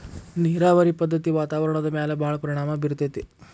ನೇರಾವರಿ ಪದ್ದತಿ ವಾತಾವರಣದ ಮ್ಯಾಲ ಭಾಳ ಪರಿಣಾಮಾ ಬೇರತತಿ